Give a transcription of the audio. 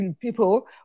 people